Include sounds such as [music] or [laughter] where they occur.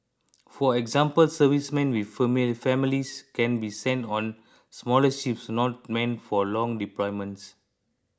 for example servicemen with [unintelligible] families can be sent on smaller ships not meant for long deployments